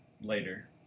later